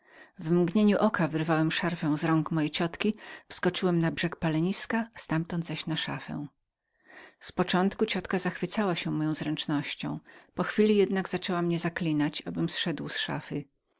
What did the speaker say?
w mgnieniu oka wyrwałem szarfę z rąk mojej ciotki wskoczyłem na piec ztamtąd zaś na szafę z początku ciotka zachwycała się nad moją zręcznością po chwili jednak zaczęła mnie zaklinać abym zlazł z szafy